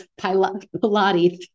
pilates